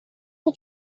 the